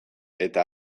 eta